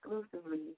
Exclusively